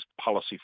policy